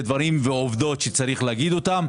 אלו דברים ועובדות שצריך להגיד אותם.